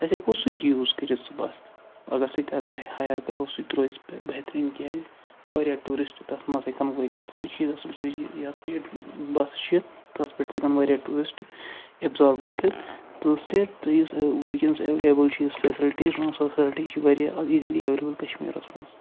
أسۍ ہیٚکو سُہ تہِ یوٗز کٔرِتھ سُہ بَس تہِ اگر سُہ تہِ اگر ہَیَر کرو سُہ تہِ روزِ بہتریٖن کیٛازِ واریاہ ٹیٛوٗرسٹ تتھ مَنٛز ہیٚکان وٲتِتھ سُہ چھُ اَصٕل یا سِٹیٹ بس چھِ تتھ پٮ۪ٹھ تہِ ہیٚکان واریاہ ٹیٛوٗرسٹ ایٚبزارٕب گٔژھِتھ تہٕ سِٹیٹ تہٕ یُس وُنکٮ۪نَس ایٚویلیبُل چھِ یِژھ فیسلٹیٖز سٲنۍ فیسَلٹی چھِ واریاہ اَز ایٖزِیٖلی ایٚویلیبُل کَشمیٖرَس مَنٛز